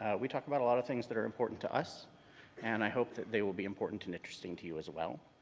we talk about a lot of things that are important to us and i hope that they will be important and interesting to you as well.